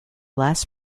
last